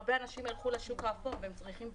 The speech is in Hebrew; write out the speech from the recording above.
הרבה אנשים ילכו לשוק האפור והם צריכים בטוחות.